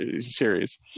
series